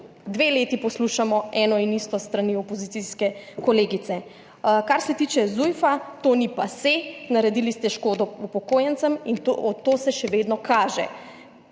dve leti poslušamo eno in isto s strani opozicijske kolegice. Kar se tiče Zujfa, to ni pasé, naredili ste škodo upokojencem in to se še vedno kaže.